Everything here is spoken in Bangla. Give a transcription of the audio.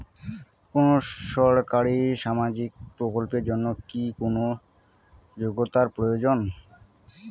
কোনো সরকারি সামাজিক প্রকল্পের জন্য কি কোনো যোগ্যতার প্রয়োজন?